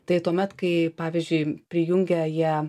tai tuomet kai pavyzdžiui prijungia jie